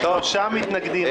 היו שלושה מתנגדים.